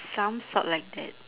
some sort like that